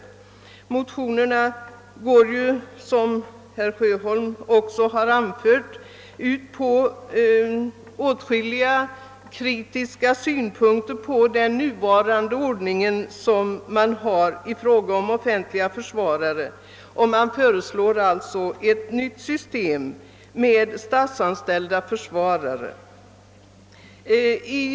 I motionerna framförs, som herr Sjöholm också har sagt, åtskilliga kritiska synpunkter på den nuvarande ordningen med offentliga försvarare, och ett nytt system med statsanställda försvarare föreslås.